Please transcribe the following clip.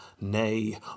Nay